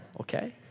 okay